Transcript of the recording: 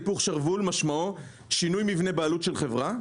"היפוך שרוול" משמעו שינוי במבנה הבעלות של החברה,